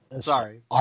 Sorry